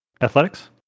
Athletics